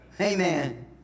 Amen